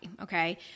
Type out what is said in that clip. Okay